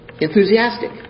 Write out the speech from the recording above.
enthusiastic